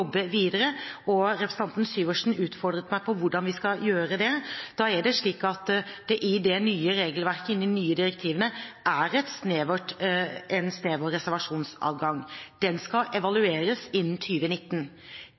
jobbe videre, og representanten Syversen utfordret meg på hvordan vi skal gjøre det. Da er det slik at det i det nye regelverket i de nye direktivene er en snever reservasjonsadgang. Den skal